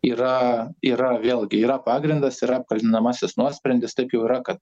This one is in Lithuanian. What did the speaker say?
yra yra vėlgi yra pagrindas yra apkaltinamasis nuosprendis taip jau yra kad